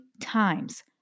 times